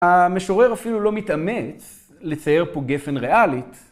המשורר אפילו לא מתאמץ לצייר פה גפן ריאלית.